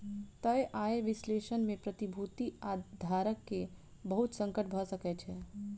तय आय विश्लेषण में प्रतिभूति धारक के बहुत संकट भ सकै छै